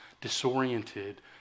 disoriented